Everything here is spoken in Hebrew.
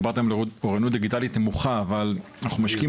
דיברתם על אוריינות דיגיטלית נמוכה אבל אנחנו משקיעים